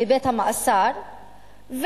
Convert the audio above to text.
בבית המאסר,